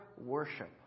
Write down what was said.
worship